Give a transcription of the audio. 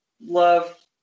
love